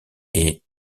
est